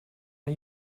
are